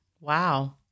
Wow